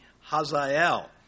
Hazael